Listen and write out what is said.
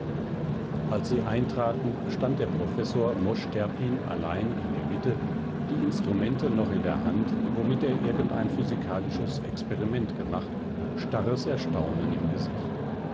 als sie eintraten stand der professor mosch terpin allein in der mitte die instrumente noch in der hand womit er irgendein physikalisches experiment gemacht starres staunen im gesicht